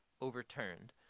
overturned